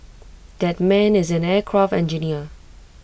that man is an aircraft engineer